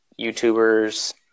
YouTubers